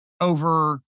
over